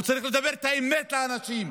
הוא צריך לדבר את האמת לאנשים,